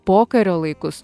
pokario laikus